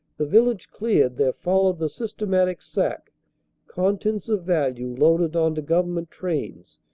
the village cleared, there followed the systematic sack con tents of value loaded on to government trains,